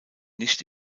nicht